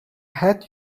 hat